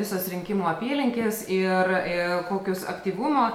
visos rinkimų apylinkės ir ir kokius aktyvumo